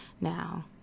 Now